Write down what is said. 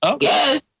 yes